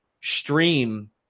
stream